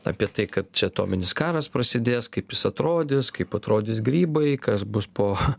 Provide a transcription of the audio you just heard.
apie tai kad čia atominis karas prasidės kaip jis atrodys kaip atrodys grybai kas bus po